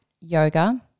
yoga